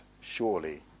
surely